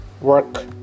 work